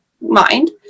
mind